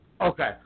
Okay